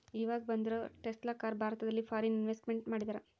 ಈವಾಗ ಬಂದಿರೋ Tesla car ಭಾರತದಲ್ಲಿ ಫಾರಿನ್ ಇನ್ವೆಸ್ಟ್ಮೆಂಟ್ ಮಾಡಿದರಾ